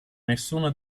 nessuna